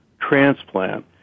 transplant